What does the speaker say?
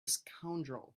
scoundrel